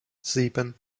sieben